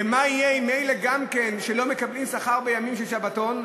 ומה יהיה עם אלה שלא מקבלים שכר בימים של שבתון,